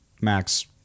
Max